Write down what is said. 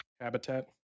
Habitat